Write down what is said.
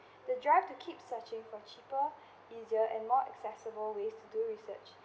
the drive to keep searching for cheaper easier and more accessible ways to do research